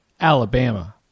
Alabama